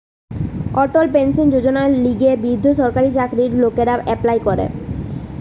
অটল pension যোজনার লিগে বৃদ্ধ সরকারি চাকরির লোকরা এপ্লাই করে